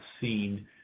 seen